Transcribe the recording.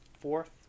fourth